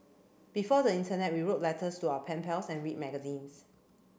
before the internet we wrote letters to our pen pals and read magazines